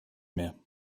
mehr